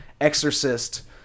exorcist